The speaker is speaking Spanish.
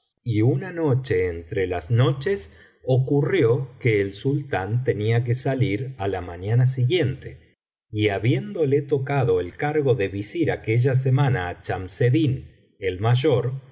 y una noche entre las noches ocurrió que el sultán tenia que salir á la mañana siguiente y habiéndole tocado el cargo de visir aquella semana á chamseddin el mayor